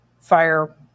fire